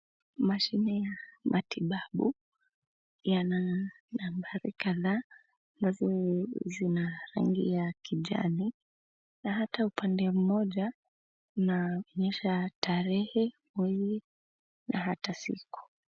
Mashine ya matibabu yana nambari kadhaa na zina rangi ya kijani, na hata upande mmoja unaonyesha tarehe, mwezi na hata siku.